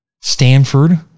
Stanford